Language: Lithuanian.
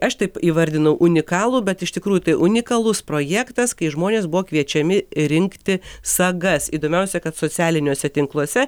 aš taip įvardinau unikalų bet iš tikrųjų tai unikalus projektas kai žmonės buvo kviečiami rinkti sagas įdomiausia kad socialiniuose tinkluose